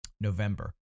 November